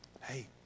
hey